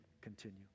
continue